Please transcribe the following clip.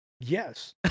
Yes